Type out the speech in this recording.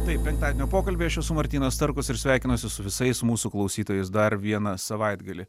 tai penktadienio pokalbiai aš esu martynas starkus ir sveikinuosi su visais mūsų klausytojais dar vieną savaitgalį